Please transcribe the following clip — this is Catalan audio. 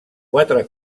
quatre